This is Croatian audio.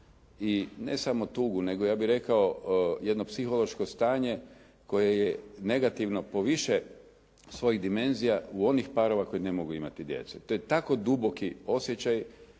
i ne samo tugu, ja bih rekao jedno psihološko stanje koje je negativno po više svojih dimenzija u onih parova koji ne mogu imati djece. To je tako duboki osjećaj